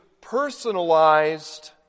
personalized